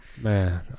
Man